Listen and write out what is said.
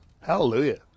Hallelujah